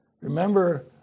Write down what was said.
Remember